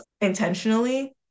intentionally